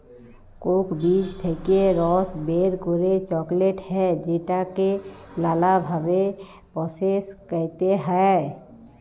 Coke বীজ থেক্যে রস বের করে চকলেট হ্যয় যেটাকে লালা ভাবে প্রসেস ক্যরতে হ্য়য়